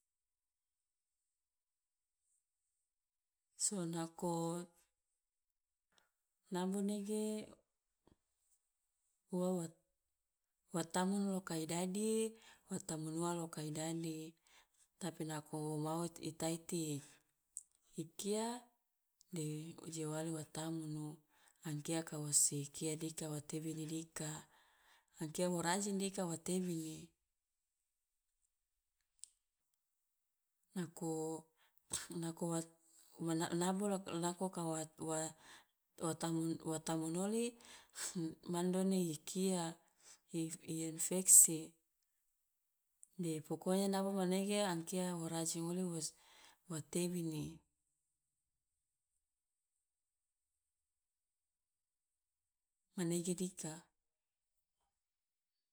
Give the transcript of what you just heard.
So nako nabo nege ua wat- watamun loka i dadi wa tamun ua loka i dadi, tapi nako wo mau i taiti i kia de ojiali wo tamunu angkia wo si kia dika wa tebini dika, angkia wo rajin dika wo tebini, nako nako wa ma na- nabo la nako ka wa wa wa wa tamun oli mandoni i kia i- i- infeksi de pokonya nabo manege angkia wo rajin oli wos wa tebini. Manege dika.